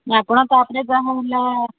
ନା ଆପଣ ତା'ପରେ ଯାହା ହେଲା